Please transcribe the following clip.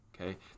okay